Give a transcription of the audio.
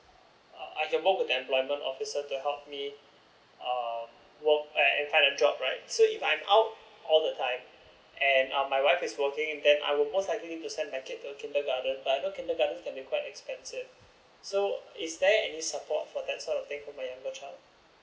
uh I can work with employment officer to help me uh find a job right so if I'm out all the time and uh my wife is working then I will most likely send my kids to kindergarten but I know kindergarten can be quite expensive so is there any support for that sort of thing for my younger child